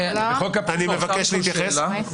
אפשר לשאול שאלה?